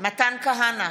מתן כהנא,